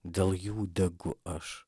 dėl jų degu aš